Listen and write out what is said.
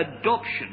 adoption